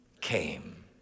came